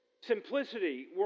Simplicity